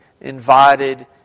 invited